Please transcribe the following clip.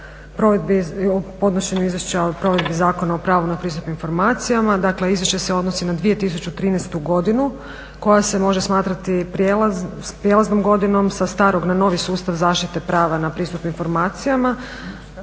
o podnošenju izvješća o provedbi Zakona o pravu na pristup informacijama. Dakle, izvješće se odnosi na 2013. godinu koja se može smatrati prijelaznom godinom sa starog na novi sustav zaštite prava na pristup informacijama.